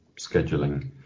scheduling